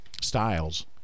styles